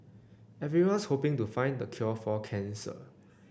everyone's hoping to find the cure for cancer